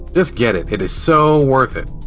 just get it. it is so worth it.